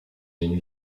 une